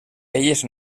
elles